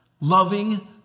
loving